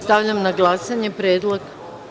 Stavljam na glasanje predlog.